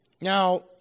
Now